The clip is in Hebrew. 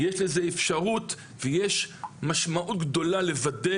יש לזה אפשרות ויש משמעות גדולה לוודא